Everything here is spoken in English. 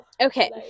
okay